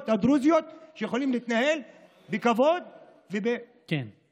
הדרוזיות כדי שיוכלו להתנהל בכבוד וברווחה?